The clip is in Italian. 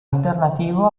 alternativo